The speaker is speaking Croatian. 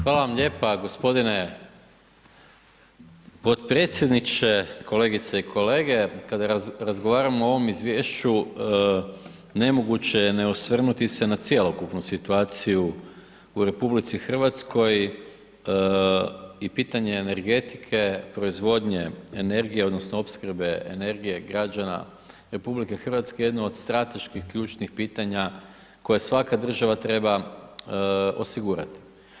Hvala vam lijepa gospodine potpredsjedniče, kolegice i kolege, kada razgovaramo o ovom izvješću ne moguće je ne osvrnuti se na cjelokupnu situaciju u RH i pitanje energetike, proizvodnje energije odnosno opskrbe energije građana RH je jedno od strateških ključnih pitanje koje svake država treba osigurati.